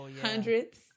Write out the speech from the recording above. hundreds